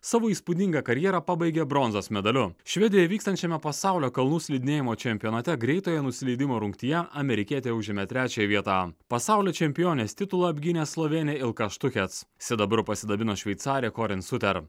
savo įspūdingą karjerą pabaigė bronzos medaliu švedijoje vykstančiame pasaulio kalnų slidinėjimo čempionate greitojo nusileidimo rungtyje amerikietė užėmė trečiąją vietą pasaulio čempionės titulą apgynė slovėnė ilka štukec sidabru pasidabino šveicarė korin suter